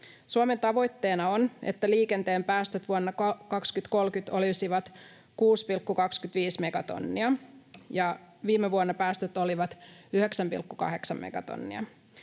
Suomen tavoitteena on, että liikenteen päästöt vuonna 2030 olisivat 6,25 megatonnia. Viime vuonna päästöt olivat 9,8 megatonnia.